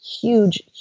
huge